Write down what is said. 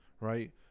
right